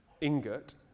ingot